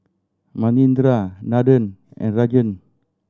Manindra Nathan and Rajan